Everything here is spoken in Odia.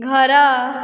ଘର